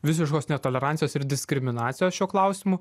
visiškos netolerancijos ir diskriminacijos šiuo klausimu